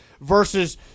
Versus